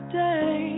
day